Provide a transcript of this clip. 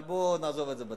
אבל בוא נעזוב את זה בצד.